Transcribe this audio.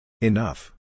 Enough